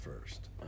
first